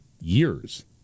years